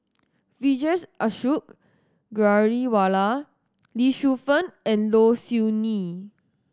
Vijesh Ashok Ghariwala Lee Shu Fen and Low Siew Nghee